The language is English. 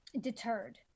deterred